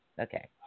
Okay